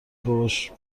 باباش